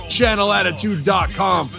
Channelattitude.com